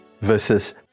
versus